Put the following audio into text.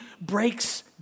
breaks